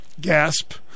Gasp